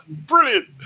brilliant